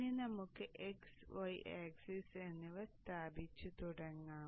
ഇനി നമുക്ക് x y axis എന്നിവ സ്ഥാപിച്ച് തുടങ്ങാം